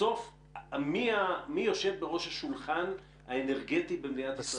אבל מי בסוף יושב בראש השולחן האנרגטי במדינת ישראל?